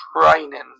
training